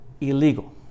illegal